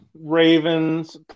Ravens